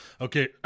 Okay